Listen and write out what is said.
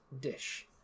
Dish